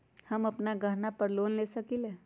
हम अपन गहना पर लोन ले सकील?